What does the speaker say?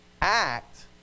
Act